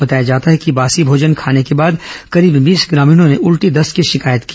बताया जाता है कि बासी भोजन खाने के बाद करीब बीस ग्रामीणों ने उल्टी दस्त की शिकायत की